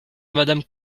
madame